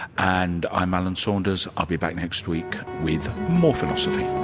and i'm alan saunders i'll be back next week with more philosophy